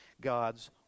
God's